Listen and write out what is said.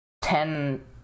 ten